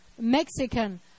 Mexican